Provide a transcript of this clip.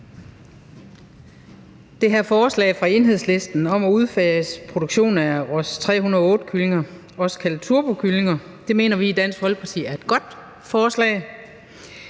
Det her forslag fra Enhedslisten om at udfase produktionen af Ross 308-kyllinger, også kaldet turbokyllinger, mener vi i Dansk Folkeparti er et godt forslag.